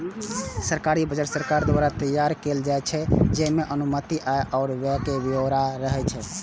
सरकारी बजट सरकार द्वारा तैयार कैल जाइ छै, जइमे अनुमानित आय आ व्यय के ब्यौरा रहै छै